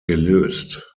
gelöst